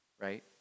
right